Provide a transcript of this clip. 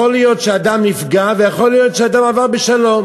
יכול להיות שאדם נפגע ויכול להיות שאדם עבר בשלום.